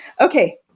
Okay